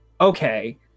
Okay